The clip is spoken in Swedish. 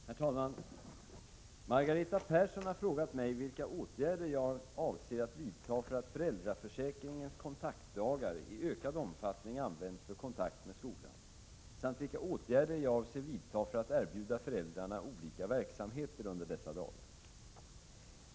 Herr talman! Margareta Persson har frågat mig vilka åtgärder jag avser att vidta för att föräldraförsäkringens kontaktdagar i ökad omfattning används för kontakt med skolan, samt vilka åtgärder jag avser vidta för att erbjuda föräldrarna olika verksamheter under dessa dagar.